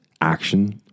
action